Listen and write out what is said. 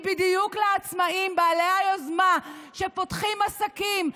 היא בדיוק לעצמאים בעלי היוזמה שפותחים עסקים.